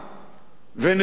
ונכונות